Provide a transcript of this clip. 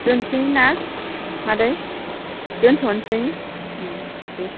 दोनसैना मादै दोनथनोसै दे